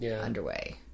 underway